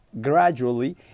gradually